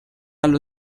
allo